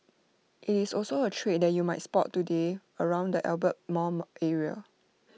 IT is also A trade that you might spot today around the Albert mall area